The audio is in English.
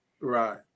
right